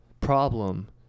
problem